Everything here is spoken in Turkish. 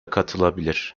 katılabilir